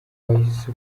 wahise